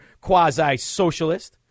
quasi-socialist